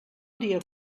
dia